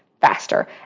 faster